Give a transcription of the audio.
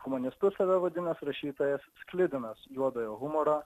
komunistu save vadinęs rašytojas sklidinas juodojo humoro